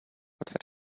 what